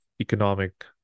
economic